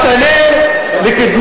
והמשטרה לא מביאה